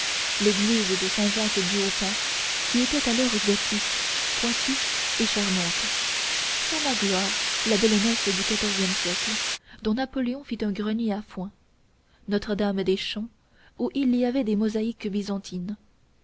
l'église de saint-jacques du haut pas qui était alors gothique pointue et charmante saint magloire belle nef du quatorzième siècle dont napoléon fit un grenier à foin notre dame des champs où il y avait des mosaïques byzantines